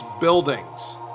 buildings